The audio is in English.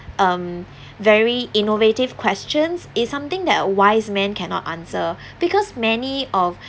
um very innovative questions is something that a wise man cannot answer because many of